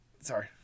Sorry